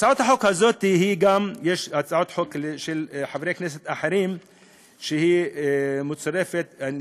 הצעת החוק הזאת היא גם הצעת חוק של חברי כנסת אחרים שמצורפת אליה.